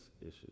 issues